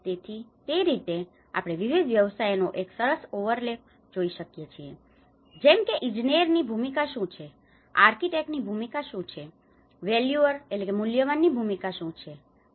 તેથી તે રીતે આપણે વિવિધ વ્યવસાયોનો એક સરસ ઓવરલેપ જોઈ શકીએ છીએ જેમ કે ઇજનેરની ભૂમિકા શું છે આર્કિટેક્ટની ભૂમિકા શું છે વેલ્યુઅરની valuer મૂલ્યવાન ભૂમિકા શું છે